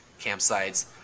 campsites